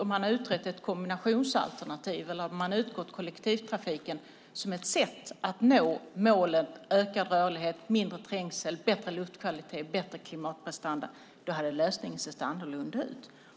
Om man hade utrett ett kombinationsalternativ och utgått från kollektivtrafiken som ett sätt att nå målen ökad rörlighet, mindre trängsel, bättre luftkvalitet och bättre klimatprestanda, då hade lösningen sett annorlunda ut.